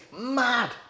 Mad